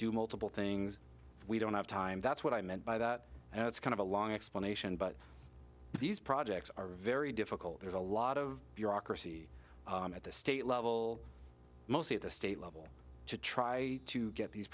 do multiple things we don't have time that's what i meant by that and it's kind of a long explanation but these projects are very difficult there's a lot of bureaucracy at the state level mostly at the state level to try to get these